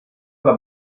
alla